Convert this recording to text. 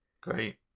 Great